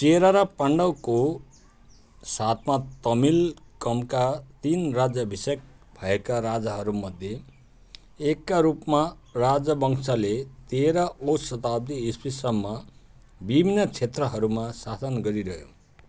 चेरा र पाण्ड्याको साथमा तमिलकमका तिन राज्यभिषेक भएका राजाहरूमध्ये एकका रूपमा राजवंशले तेह्रौँ शताब्दी ईस्वीसम्म विभिन्न क्षेत्रहरूमा शासन गरिरह्यो